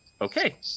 Okay